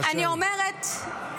אומרת,